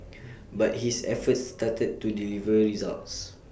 but his efforts started to deliver results